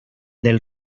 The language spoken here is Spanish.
del